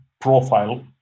profile